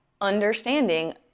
understanding